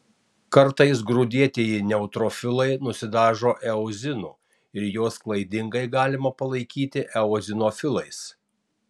kartais grūdėtieji neutrofilai nusidažo eozinu ir juos klaidingai galima palaikyti eozinofilais